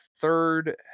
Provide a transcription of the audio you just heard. third